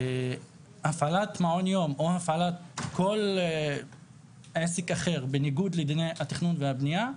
הפעלת מעון יום או הפעלת כל עסק אחר בניגוד לדיני התכנון והבנייה,